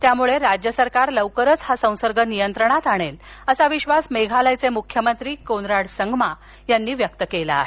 त्यामुळे राज्य सरकार लवकरच हा संसर्ग नियंत्रणात आणेल असा विश्वास मेघालयचे मुख्यमंत्री कोनराड संगमा यांनी व्यक्त केला आहे